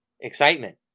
excitement